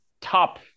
top